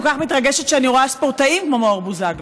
כך מתרגשת כשאני רואה ספורטאים כמו מאור בוזגלו,